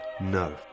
No